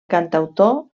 cantautor